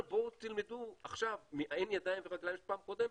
בואו תלמדו עכשיו מאין ידיים ורגליים בפעם הקודמת,